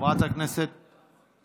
והחוצה לעם ישראל כולו.